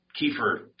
Kiefer